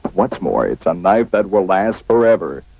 what's more it's a knife that will last forever.